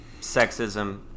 sexism